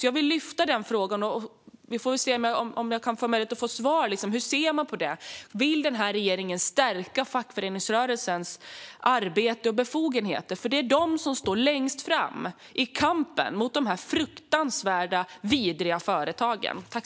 Jag vill därför lyfta fram denna fråga, så får vi se om jag kan få svar på hur man ser på det hela. Vill regeringen stärka fackföreningsrörelsens arbete och befogenheter? Det är de som står längst fram i kampen mot dessa fruktansvärda, vidriga företag.